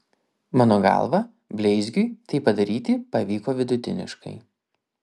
mano galva bleizgiui tai padaryti pavyko vidutiniškai